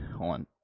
on